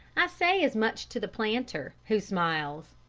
i say as much to the planter, who smiles.